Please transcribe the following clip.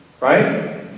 Right